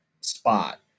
spot